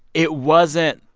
it wasn't,